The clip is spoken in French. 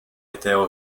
étaient